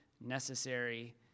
necessary